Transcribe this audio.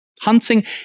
Hunting